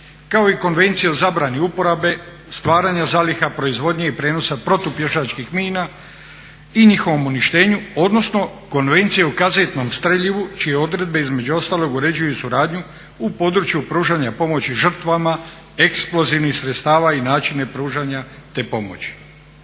kao i Konvencija o zabrani uporabe stvaranja zalihe proizvodnje i prijenosa protupješačkih mina i njihovom uništenju, odnosno konvencije o kazetnom streljivu čije odredbe između ostalog uređuju i suradnju u području pružanja pomoći žrtvama eksplozivnih sredstava i načine pružanja te pomoći.